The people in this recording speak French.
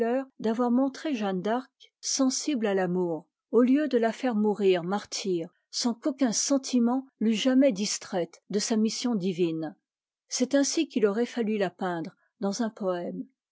d'avoir montré jeanne d'arc sensible à l'amour au lieu de la faire mourir martyre sans qu'aucun sentiment t'eût jamais distraite de sa mission divine c'est ainsi qu'il aurait fallu la peindre dans un poëme